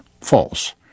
false